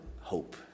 hope